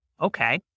Okay